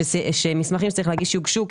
כי מסמכים שצריך להגיש אותם יוגשו,